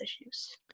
issues